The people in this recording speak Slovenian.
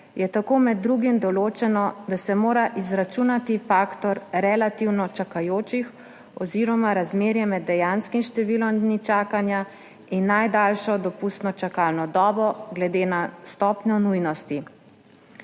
je tako med drugim določeno, da se mora izračunati faktor relativno čakajočih oziroma razmerje med dejanskim številom dni čakanja in najdaljšo dopustno čakalno dobo glede na stopnjo nujnosti.